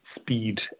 speed